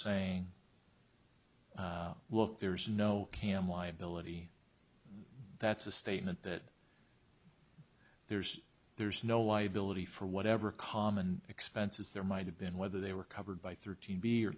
saying look there is no cam liability that's a statement that there's there's no liability for whatever common expenses there might have been whether they were covered by thirteen b or